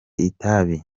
itabi